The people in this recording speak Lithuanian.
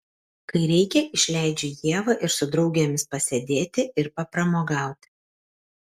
kai reikia išleidžiu ievą ir su draugėmis pasėdėti ir papramogauti